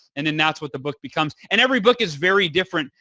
and then that's what the book becomes. and every book is very different.